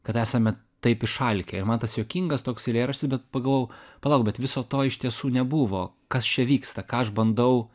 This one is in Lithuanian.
kad esame taip išalkę ir man tas juokingas toks eilėraštis bet pagalvojau palauk bet viso to iš tiesų nebuvo kas čia vyksta ką aš bandau